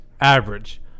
average